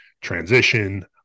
transition